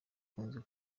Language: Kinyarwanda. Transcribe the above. ukunzwe